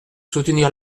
soutenir